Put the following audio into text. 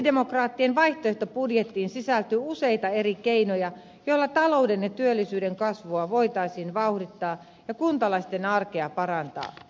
sosialidemokraattien vaihtoehtobudjettiin sisältyy useita eri keinoja joilla talouden ja työllisyyden kasvua voitaisiin vauhdittaa ja kuntalaisten arkea parantaa